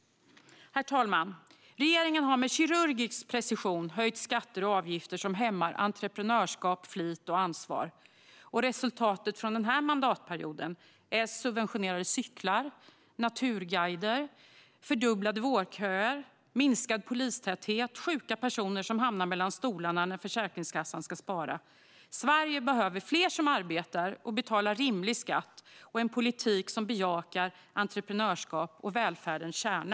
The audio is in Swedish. Herr talman! Regeringen har med kirurgisk precision höjt skatter och avgifter, vilket hämmar entreprenörskap, flit och ansvar. Resultatet från denna mandatperiod är subventionerade cyklar, naturguider, fördubblade vårdköer, minskad polistäthet och, sjuka personer som hamnar mellan stolarna när Försäkringskassan ska spara. Sverige behöver fler som arbetar och betalar rimlig skatt och en politik som bejakar entreprenörskap och välfärdens kärna.